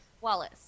wallace